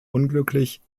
unglücklich